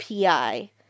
PI